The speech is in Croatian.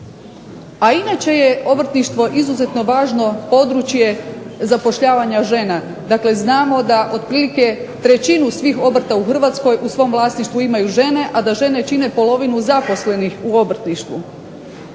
a inače je obrtništvo izuzetno važno područje zapošljavanja žena. Dakle, znamo da otprilike trećinu svih obrta u Hrvatskoj u svom vlasništvu imaju žene, a da žene čine polovinu zaposlenih u obrtništvu.